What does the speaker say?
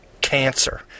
cancer